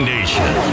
Nation